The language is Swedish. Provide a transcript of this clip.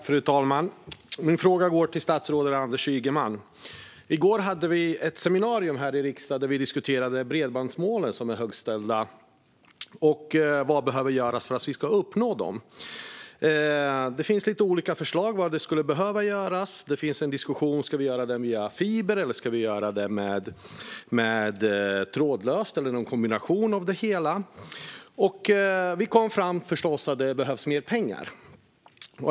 Fru talman! Min fråga går till statsrådet Anders Ygeman. I går hade vi ett seminarium i riksdagen då vi diskuterade de högt ställa bredbandsmålen och vad som behöver göras för att vi ska uppnå dem. Det finns lite olika förslag. Ska det göras via fiber, med trådlöst eller i kombination? Vi kom fram till att det behövs mer pengar.